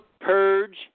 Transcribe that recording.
purge